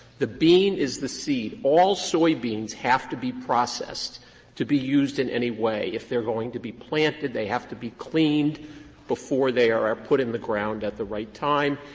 the bean is the seed. all soybeans have to be processed to be used in any way. if they are going to be planted, they have to be cleaned before they are are put in the ground at the right time.